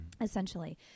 essentially